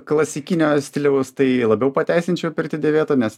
klasikinio stiliaus tai labiau pateisinčiau pirkti dėvėtą nes